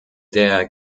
der